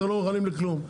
אתם לא מוכנים לכלום.